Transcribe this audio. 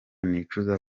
nicuza